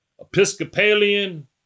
Episcopalian